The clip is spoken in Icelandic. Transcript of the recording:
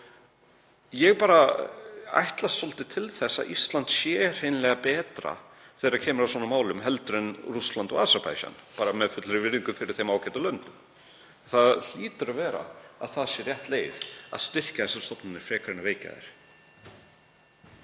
en ég ætlast svolítið til þess að Ísland sé hreinlega betra þegar kemur að svona málum en Rússland og Aserbaídsjan, með fullri virðingu fyrir þeim ágætu löndum. Það hlýtur að vera að það sé rétt leið að styrkja þessar stofnanir frekar en að veikja þær.